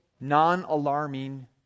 non-alarming